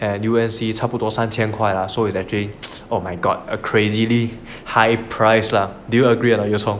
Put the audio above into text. at U and C 差不多三千块 lah so it's actually oh my god a crazily high price lah do you agree or not you cong